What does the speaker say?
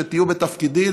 כשתהיו בתפקידי,